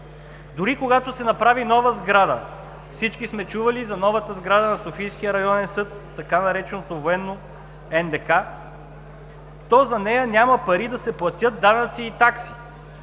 Дори когато се направи нова сграда – всички сме чували за новата сграда на Софийския районен съд, така нареченото „Военно НДК“, но за нея няма пари да се платят данъци и такси,